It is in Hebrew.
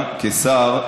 כשר,